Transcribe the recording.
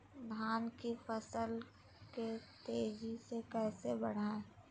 धान की फसल के तेजी से कैसे बढ़ाएं?